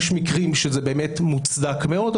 יש מקרים שזה באמת מוצדק מאוד,